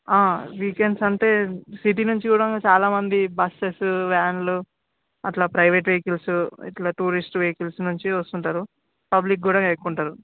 weekends అంటే city నుంచి కూడా చాలామంది బస్సెస్ వ్యాన్లు అలా ప్రైవేట్ వెహికల్స్ ఇలా టూరిస్ట్ వెహికల్స్ నుంచి వస్తుంటారు పబ్లిక్ కూడా ఎక్కువుంటారు